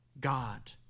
God